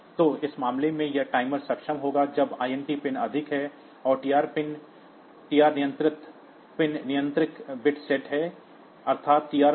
तो इस मामले में यह टाइमर सक्षम होगा जब int पिन अधिक है और TR नियंत्रक पिन नियंत्रण बिट सेट है अर्थात TR